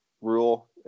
rule